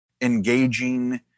engaging